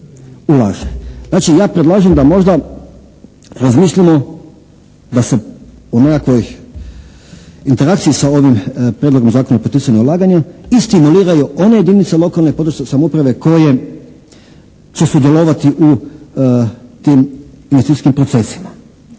Znači, ja predlažem da možda razmislimo da se u nekakvoj interakciji sa ovim Prijedlogom zakona o poticanju ulaganja i stimuliraju one jedinice lokalne i područne samouprave koje će sudjelovati u tim investicijskim procesima.